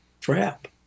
trap